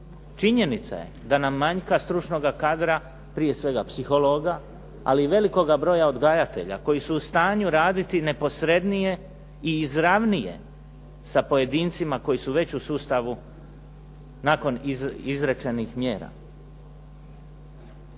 Činjenica je da nam manjka stručnoga kadra, prije svega psihologa, ali i velikoga broja odgajatelja koji su u stanju raditi neposrednije i izravnije sa pojedincima koji su već u sustavu nakon izrečenih mjera.